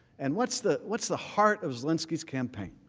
and what's the what's the heart of like his campaign?